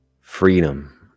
freedom